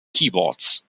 keyboards